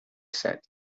said